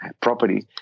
property